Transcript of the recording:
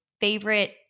favorite